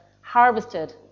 harvested